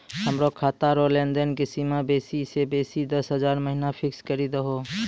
हमरो खाता रो लेनदेन के सीमा बेसी से बेसी दस हजार महिना फिक्स करि दहो